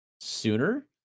sooner